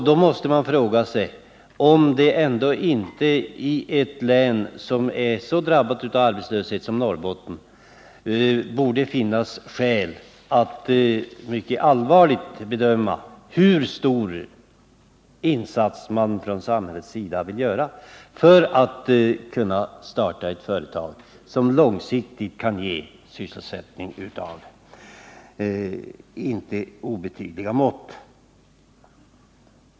Då måste man fråga sig om det inte finns skäl för statsmakterna att allvarligt överväga hur stor insats man vill göra för att i ett av arbetslöshet så drabbat län starta ett företag som långsiktigt kan ge sysselsättning av inte obetydliga mått.